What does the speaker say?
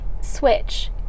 switch